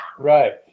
Right